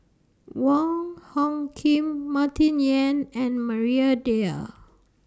Wong Hung Khim Martin Yan and Maria Dyer